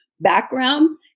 background